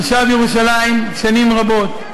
תושב ירושלים שנים רבות,